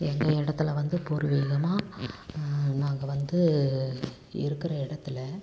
எங்கள் இடத்துல வந்து பூர்வீகமாக நாங்கள் வந்து இருக்கிற இடத்துல